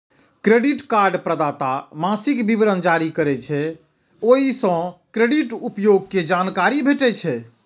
credit card प्रदाता मासिक विवरण जारी करै छै, ओइ सं क्रेडिट उपयोग के जानकारी भेटै छै